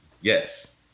yes